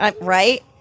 Right